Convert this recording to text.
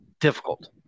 difficult